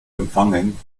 empfangen